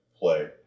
play